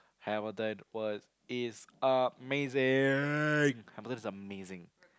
Hamilton was is amazing Hamilton is amazing